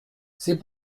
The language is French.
c’est